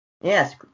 Yes